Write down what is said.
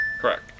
Correct